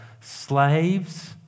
slaves